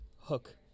hook